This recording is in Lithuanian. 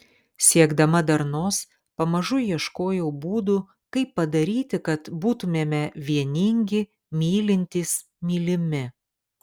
siekdama darnos pamažu ieškojau būdų kaip padaryti kad būtumėme vieningi mylintys mylimi